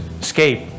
escape